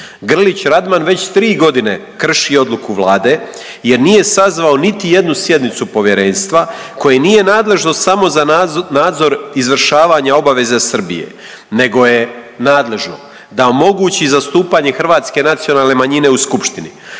Grlić Radman već tri godine krši odluku Vlade jer nije sazvao niti jednu sjednicu Povjerenstva koje nije nadležno samo za nadzor izvršavanja obaveze Srbije, nego je nadležno da omogućiti zastupanje hrvatske nacionalne manjine u Skupštini,